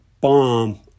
bomb